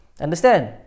understand